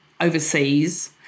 overseas